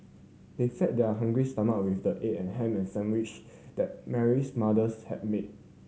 they fed their hungry stomach with the egg and ham sandwich that Mary's mothers had made